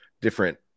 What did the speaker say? different